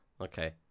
Okay